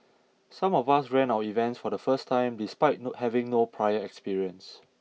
some of us ran our events for the first time despite having no prior experience